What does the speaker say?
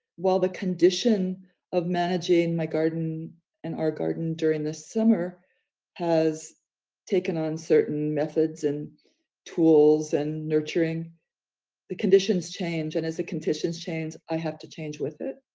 while the condition of managing my garden and our garden during the summer has taken on certain methods and tools and nurturing the conditions change and as the conditions change, i have to change with it.